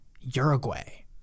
Uruguay